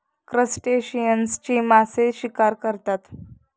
क्रस्टेशियन्सची मासे शिकार करतात